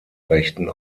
rechten